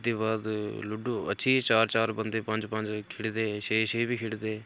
एह्दे बाद लूड़ो अच्छी चार चार बंदे पंज पंज खेढदे छे छे बी खेढदे